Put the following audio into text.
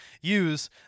use